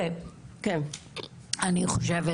אני חושבת